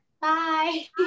Bye